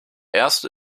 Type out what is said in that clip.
erste